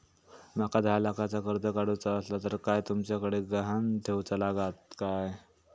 माका दहा लाखाचा कर्ज काढूचा असला तर काय तुमच्याकडे ग्हाण ठेवूचा लागात काय?